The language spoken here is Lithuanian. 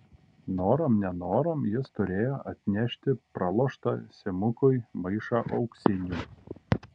norom nenorom jis turėjo atnešti praloštą simukui maišą auksinių